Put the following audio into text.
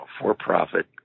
for-profit